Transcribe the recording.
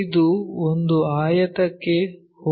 ಇದು ಒಂದು ಆಯತಕ್ಕೆ ಹೋಗುತ್ತದೆ